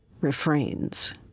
refrains